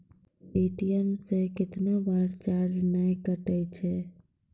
ATM से कैतना बार चार्ज नैय कटै छै?